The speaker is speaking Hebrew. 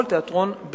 כל תיאטרון,